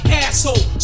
asshole